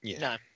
No